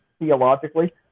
theologically